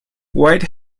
white